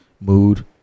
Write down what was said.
mood